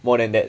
more than that